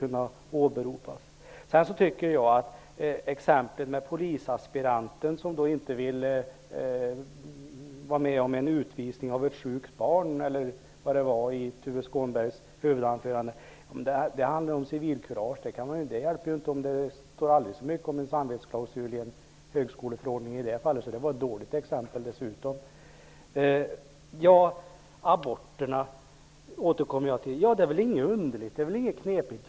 Jag tycker inte att exemplet i Tuve Skånbergs huvudanförande om polisaspiranten som inte vill vara med om en utvisning av ett sjukt barn är bra. Det handlar om civilkurage. I det fallet hjälper det inte om det står alldeles så mycket om samvetsklausuler i högskoleförordningen. Det var ett dåligt exempel. Jag återkommer till frågan om aborter. Det är väl inget underligt eller knepigt.